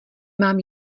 mám